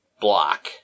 block